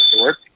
work